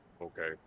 Okay